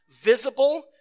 visible